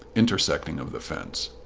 intersecting of the fence.